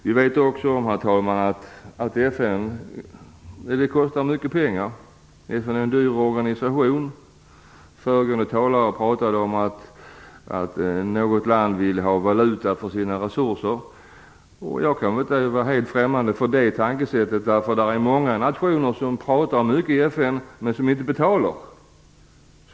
Vi vet också att FN kostar mycket pengar. FN är en dyr organisation. Den föregående talaren pratade om att något land vill ha valuta för sina resurser. Jag är inte helt främmande för den tanken. Det finns många nationer som pratar mycket i FN men som inte betalar.